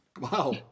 Wow